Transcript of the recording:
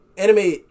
Anime